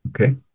Okay